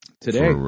today